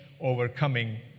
Overcoming